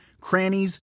crannies